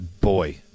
boy